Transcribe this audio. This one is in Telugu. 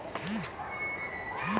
పంటలకు చీడ పీడల భారం ఎలా తగ్గించాలి?